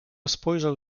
spojrzał